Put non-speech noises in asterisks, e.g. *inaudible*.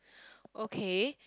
*breath* okay